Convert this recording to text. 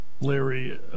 Larry